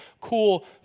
cool